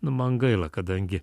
nu man gaila kadangi